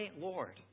Lord